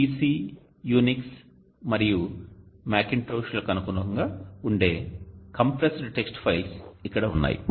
PC Unix మరియు Macintosh లకు అనుకూలంగా ఉండే కంప్రెస్డ్ టెక్స్ట్ ఫైల్స్ ఇక్కడ ఉన్నాయి